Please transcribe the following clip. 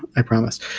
i promise.